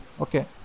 okay